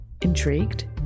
Intrigued